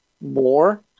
more